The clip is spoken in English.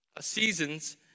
seasons